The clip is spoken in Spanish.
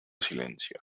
silencio